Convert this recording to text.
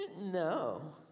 No